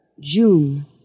June